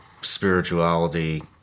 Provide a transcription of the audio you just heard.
spirituality